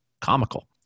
comical